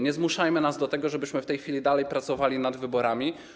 Nie zmuszajmy nas do tego, żebyśmy w tej chwili dalej pracowali nad wyborami.